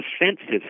offensive